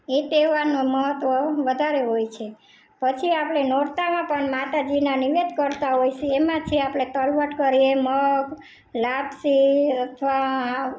એ તહેવારનો મહત્વ વધારે હોય છે પછી આપણે નોરતામાં પણ માતાજીના નૈવેદ્ય કરતાં હોઇસી એમાંથી આપણે તલવટ કરીએ મગ લાપસી અથવા